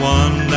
one